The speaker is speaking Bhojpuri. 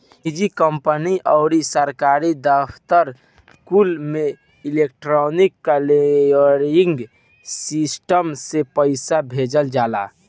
निजी कंपनी अउरी सरकारी दफ्तर कुल में इलेक्ट्रोनिक क्लीयरिंग सिस्टम से पईसा भेजल जाला